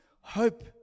hope